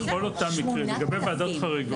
בכל אותם מקרים בוועדות חריגות,